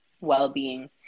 well-being